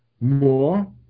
more